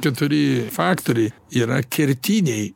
keturi faktoriai yra kertiniai